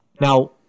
Now